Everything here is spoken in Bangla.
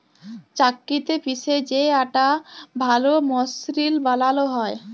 চাক্কিতে পিসে যে আটা ভাল মসৃল বালাল হ্যয়